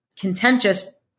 contentious